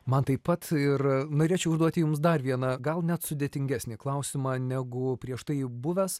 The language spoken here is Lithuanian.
man taip pat ir norėčiau užduoti jums dar vieną gal net sudėtingesnį klausimą negu prieš tai buvęs